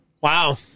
wow